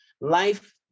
Life